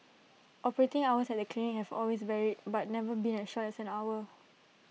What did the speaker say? operating hours at the clinics have always varied but never been as short as an hour